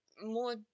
more